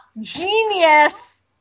Genius